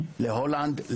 להולנד,